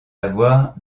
avoir